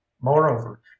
Moreover